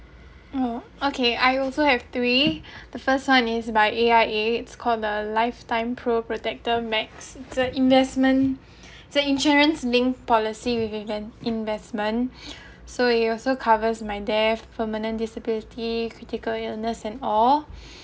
mm okay I also have three the first one is by A_I_A it's called the lifetime pro protector max the investment the insurance linked policy with inve~ investment so it also covers my death permanent disability to go your nurse and all